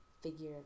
figure